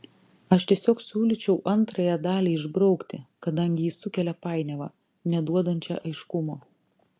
aš tiesiog siūlyčiau antrąją dalį išbraukti kadangi ji sukelia painiavą neduodančią aiškumo